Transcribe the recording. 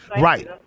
Right